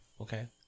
Okay